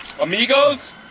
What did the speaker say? amigos